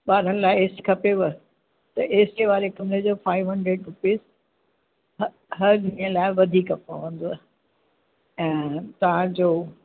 ॿारनि लाइ A C खपेव त ए सी वारे कमरे जो फ़ाइव हंड्रेड रुपीज़ ह हर ॾींहं लाइ वधीक पवंदव ऐं तव्हांजो